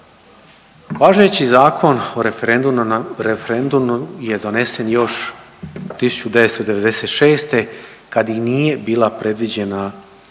Važeći Zakon o referendumu je donesen još 1996. kad i nije bilo predviđeno